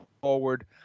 forward